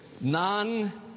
none